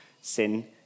sin